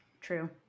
True